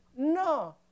No